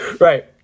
Right